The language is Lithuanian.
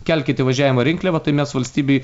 kelkit įvažiavimo rinkliavą tai mes valstybei